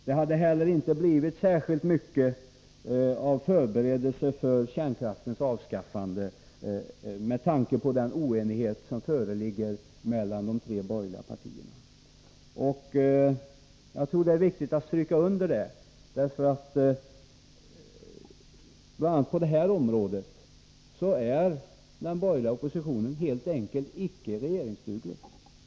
Det hade heller inte — med tanke på den oenighet som föreligger mellan de tre borgerliga partierna — blivit särskilt mycket av förberedelser för kärnkraftens avskaffande. Jag tror att det är viktigt att stryka under det. Bl. a. på det här området är den borgerliga oppositionen helt enkelt icke regeringsduglig.